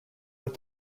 but